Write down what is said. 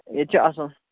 ییٚتہِ چھُ اَصٕل